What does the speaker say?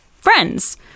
friends